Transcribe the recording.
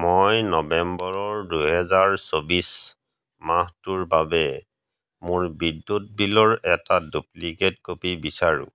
মই নৱেম্বৰ দুহেজাৰ চৌব্বিছ মাহটোৰ বাবে মোৰ বিদ্যুৎ বিলৰ এটা ডুপ্লিকেট কপি বিচাৰোঁ